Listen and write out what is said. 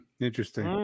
Interesting